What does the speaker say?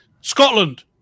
Scotland